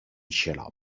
xarop